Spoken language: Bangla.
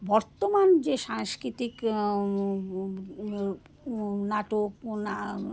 বর্তমান যে সাংস্কৃতিক নাটক না